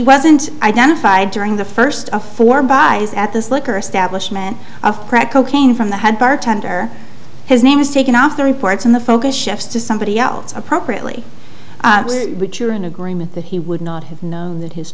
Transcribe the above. wasn't identified during the first of four by his at this liquor stablish men of crack cocaine from the head bartender his name was taken off the reports in the focus shifts to somebody else appropriately which are in agreement that he would not have known that his